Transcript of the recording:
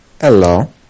Hello